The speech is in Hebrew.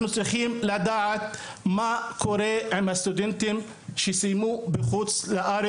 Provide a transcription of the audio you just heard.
אנחנו צריכים לדעת מה קורה עם הסטודנטים שסיימו בחו"ל,